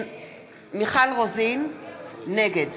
נגד